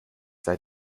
sei